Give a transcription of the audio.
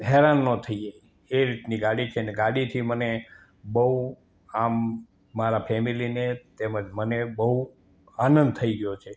હેરાન ના થઇએ એ રીતની ગાડી છે અને ગાડીથી મને બહુ આમ મારા ફેમિલીને તેમજ મને બહુ આનંદ થઈ ગયો છે